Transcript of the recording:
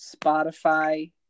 Spotify